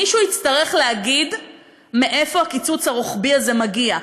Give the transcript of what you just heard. מישהו יצטרך להגיד מאיפה הקיצוץ הרוחבי הזה מגיע.